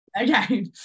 okay